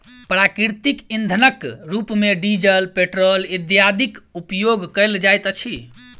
प्राकृतिक इंधनक रूप मे डीजल, पेट्रोल इत्यादिक उपयोग कयल जाइत अछि